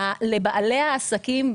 לבעלי העסקים,